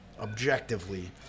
objectively